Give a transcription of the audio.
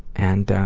and, ah